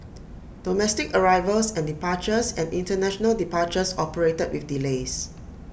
domestic arrivals and departures and International departures operated with delays